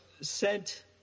sent